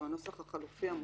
שהוא הנוסח החלופי המוצע.